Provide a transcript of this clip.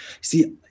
See